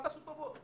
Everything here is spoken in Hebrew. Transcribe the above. אל תעשו טובות.